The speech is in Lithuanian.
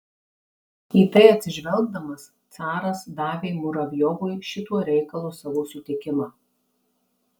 į tai atsižvelgdamas caras davė muravjovui šituo reikalu savo sutikimą